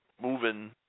moving